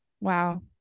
Wow